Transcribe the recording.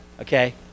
Okay